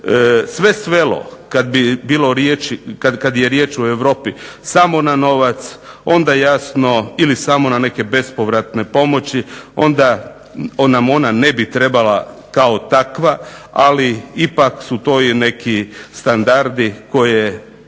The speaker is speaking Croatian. sve svelo, kad je riječ o Europi, samo na novac onda jasno ili samo na neke bespovratne pomoći onda nam ona ne bi trebala kao takva, ali ipak su to i neki standardi koje